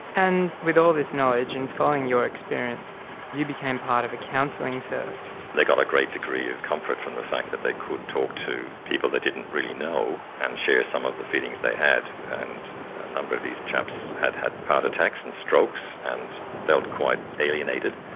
and with all this knowledge and following your experience you became part of a counselling service. they got a great degree of comfort from the fact that they could talk to people they didn't really know and share some of the feelings they had, and a number of these chaps had had heart attacks and strokes and felt quite alienated,